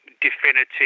definitive